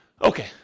Okay